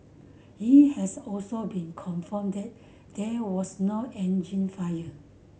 it has also been confirmed that there was no engine fire